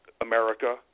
America